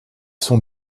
sont